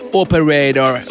operator